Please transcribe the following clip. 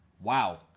wow